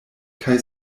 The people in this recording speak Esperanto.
kaj